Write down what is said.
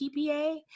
PPA